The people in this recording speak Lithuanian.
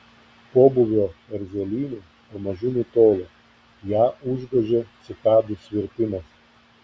pobūvio erzelynė pamažu nutolo ją užgožė cikadų svirpimas